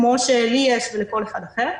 כמו שלי יש ולכל אחד אחר.